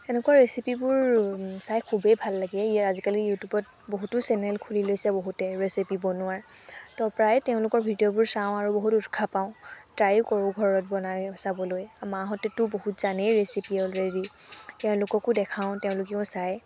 সেনেকুৱা ৰেচিপিবোৰ চাই খুবেই ভাল লাগে আজিকালি ইউটিউবত বহুতো চেনেল খুলি লৈছে বহুতে ৰেচিপি বনোৱাৰ তো প্ৰায় তেওঁলোকৰ ভিডিঅ'বোৰ চাওঁ আৰু বহুত উৎসাহ পাওঁ ট্ৰায়ো কৰোঁ ঘৰত বনাই চাবলৈ আৰু মাহঁতেতো জানেই বহুত ৰেচিপি অলৰেডি তেওঁলোককো দেখাওঁ তেওঁলোকেও চায়